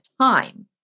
time